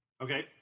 Okay